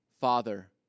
Father